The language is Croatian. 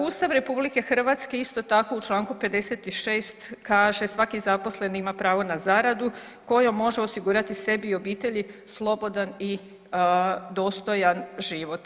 Ustav RH isto tako u Članku 56. kaže svaki zaposleni ima pravo na zaradu kojom može osigurati sebi i obitelji slobodan i dostojan život.